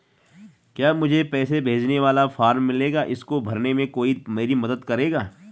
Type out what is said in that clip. क्या मुझे पैसे भेजने वाला फॉर्म मिलेगा इसको भरने में कोई मेरी मदद करेगा?